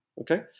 Okay